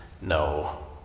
no